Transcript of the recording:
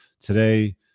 Today